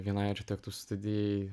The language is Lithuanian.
vienai architektų studijai